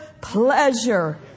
pleasure